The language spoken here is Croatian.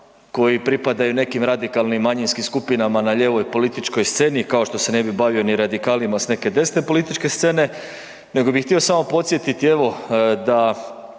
koji pripadaju nekim radikalnim manjinskim skupinama na lijevoj političkoj sceni kao što se ne bi bavio ni radikalima s neke desne političke scene, nego bih htio samo podsjetiti evo da